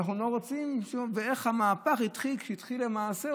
ואיך המהפך התחיל כשהתחיל המעשה,